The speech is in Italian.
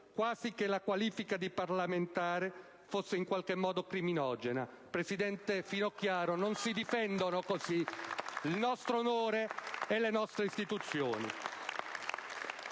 quasi che la qualifica di parlamentare fosse in qualche modo criminogena. Presidente Finocchiaro, non si difendono così il nostro onore e le nostre istituzioni!